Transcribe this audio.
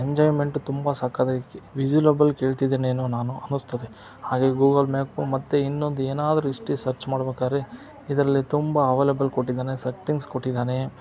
enjoyment ತುಂಬ ಸಕ್ಕತ್ತಾಗಿ ವಿಸಿಲೆಬಲ್ ಕೇಳ್ತಿದ್ದೀನೇನೋ ನಾನು ಅನ್ನಿಸ್ತದೆ ಹಾಗೇ ಗೂಗಲ್ ಮ್ಯಾಪು ಮತ್ತು ಇನ್ನೊಂದು ಏನಾದರೂ ಹಿಸ್ಟ್ರಿ ಸಚ್ಚ್ ಮಾಡ್ಬೇಕಾದ್ರೆ ಇದರಲ್ಲಿ ತುಂಬ ಅವೇಲೇಬಲ್ ಕೊಟ್ಟಿದ್ದಾನೆ ಸಟ್ಟಿಂಗ್ಸ್ ಕೊಟ್ಟಿದ್ದಾನೆ